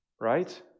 right